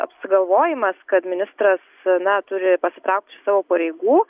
apsigalvojimas kad ministras na turi pasitraukt iš savo pareigų